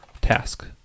task